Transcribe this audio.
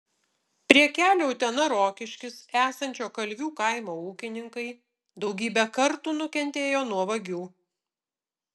prie kelio utena rokiškis esančio kalvių kaimo ūkininkai daugybę kartų nukentėjo nuo vagių